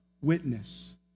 witness